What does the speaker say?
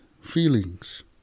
feelings